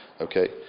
Okay